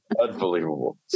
Unbelievable